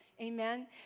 Amen